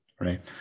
right